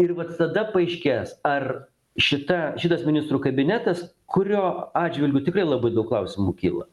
ir vat tada paaiškės ar šita šitas ministrų kabinetas kurio atžvilgiu tikrai labai daug klausimų kyla